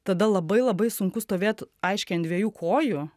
tada labai labai sunku stovėt aiškiai ant dviejų kojų